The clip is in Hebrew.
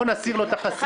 בוא נסיר לו את החסינות,